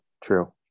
True